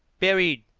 buried!